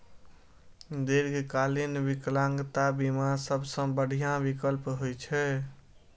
दीर्घकालीन विकलांगता बीमा सबसं बढ़िया विकल्प होइ छै